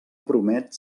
promet